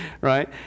right